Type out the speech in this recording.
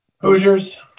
Hoosiers